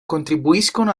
contribuiscono